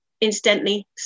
incidentally